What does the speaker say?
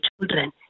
children